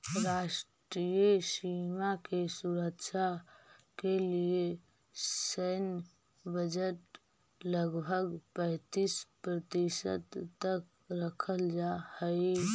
राष्ट्रीय सीमा के सुरक्षा के लिए सैन्य बजट लगभग पैंतीस प्रतिशत तक रखल जा हई